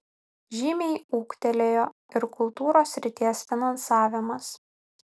žymiai ūgtelėjo ir kultūros srities finansavimas